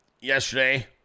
yesterday